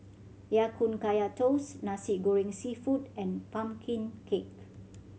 Ya Kun Kaya Toast Nasi Goreng Seafood and pumpkin cake